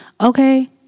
Okay